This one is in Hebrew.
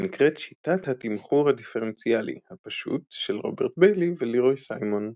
הנקראת "שיטת התמחור הדיפרנציאלי" הפשוט של רוברט ביילי ולירוי סיימון.